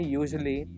usually